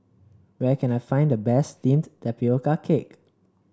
where can I find the best steamed Tapioca Cake